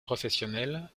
professionnel